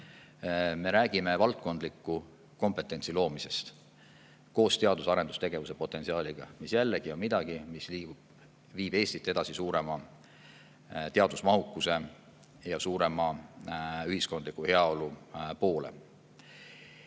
me räägime valdkondliku kompetentsi loomisest koos teadus- ja arendustegevuse potentsiaaliga, mis jällegi on midagi, mis viib Eestit edasi suurema teadusmahukuse ja suurema ühiskondliku heaolu poole.